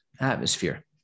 atmosphere